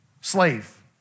slave